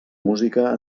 música